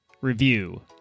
Review